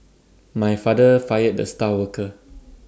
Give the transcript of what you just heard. my father fired the star worker